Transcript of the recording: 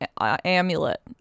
amulet